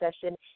session